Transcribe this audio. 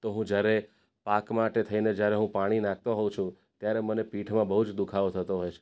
તો હું જ્યારે પાક માટે થઈને જ્યારે હું પાણી નાખતો હોઉં છું ત્યારે મને પીઠમાં બહુ જ દુઃખાવો થતો હોય છે